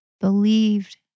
believed